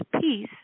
peace